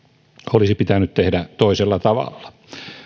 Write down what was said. olisi pitänyt tehdä toisella tavalla